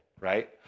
right